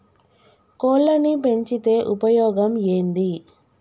కోళ్లని పెంచితే ఉపయోగం ఏంది?